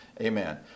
Amen